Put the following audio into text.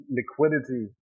liquidity